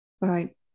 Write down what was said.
right